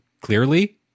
clearly